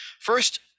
first